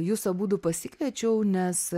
jus abudu pasikviečiau nes